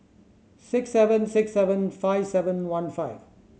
six seven six seven five seven one five